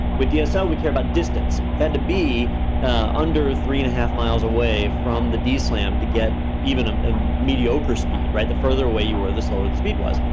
with dsl, we care about distance. we had to be under three and a half miles away from the dslam to get even a um um mediocre speed, right? the further away you were, the slower the speed was.